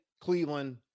Cleveland